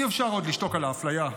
אי-אפשר עוד לשתוק על האפליה.